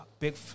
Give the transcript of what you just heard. Big